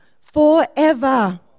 forever